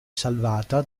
salvata